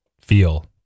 feel